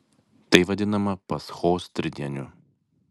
tai vadinama paschos tridieniu